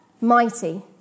mighty